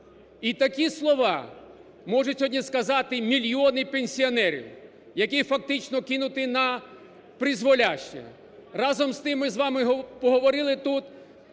І такі слова можуть сьогодні сказати мільйони пенсіонерів, які фактично кинуті напризволяще. Разом з тим, ми з вами поговорили тут